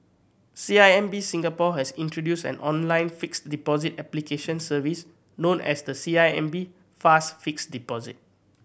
C I M B Singapore has introduced an online fixed deposit application service known as the C I M B Fast Fixed Deposit